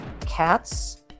cats